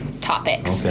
topics